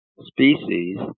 species